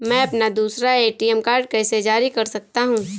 मैं अपना दूसरा ए.टी.एम कार्ड कैसे जारी कर सकता हूँ?